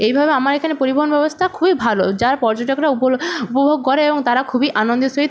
এইভাবে আমার এখানে পরিবহন ব্যবস্থা খুবই ভালো যা পর্যটকরা উপভোগ করে এবং তারা খুবই আনন্দের সহিত